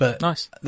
Nice